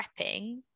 prepping